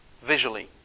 visually